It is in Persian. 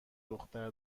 دختر